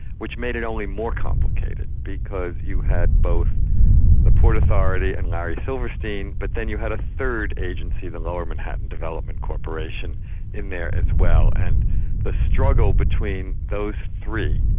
which made it only more complicated, because you had both the port authority and larry silverstein, but then you had a third agency, the lower manhattan development corporation in there as well. and the struggle between those three,